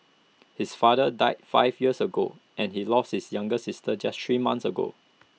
his father died five years ago and he lost his younger sister just three months ago